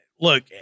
Look